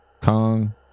kong